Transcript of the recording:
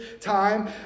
time